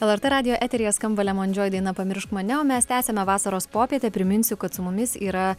lrt radijo eteryje skamba lemon joy daina pamiršk mane o mes tęsiame vasaros popietę priminsiu kad su mumis yra